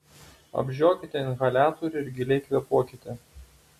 apžiokite inhaliatorių ir giliai kvėpuokite